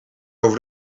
over